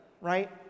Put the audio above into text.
right